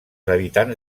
habitants